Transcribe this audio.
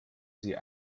sie